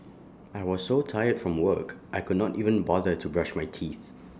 I was so tired from work I could not even bother to brush my teeth